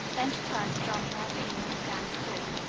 then she turned to john jardine, and began to talk.